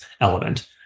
element